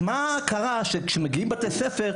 אז למה כשמגיעים בתי ספר,